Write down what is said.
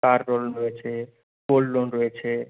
কার loan রয়েছে gold loan রয়েছে